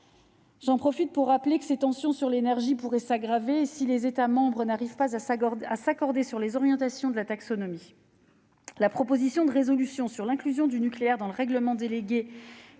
l'occasion pour souligner que ces tensions sur l'énergie pourraient s'aggraver si les États membres n'arrivaient pas à s'accorder sur les orientations de la taxonomie. La résolution européenne sur l'inclusion du nucléaire dans le règlement délégué